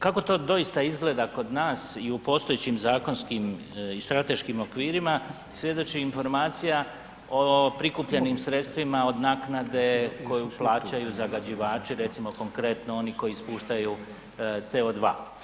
Kako to doista izgleda kod nas i u postojećim zakonskim i strateškim okvirima svjedoči informacija o prikupljenim sredstvima od naknade koju plaćaju zagađivači, recimo, konkretno oni koji ispuštaju CO2.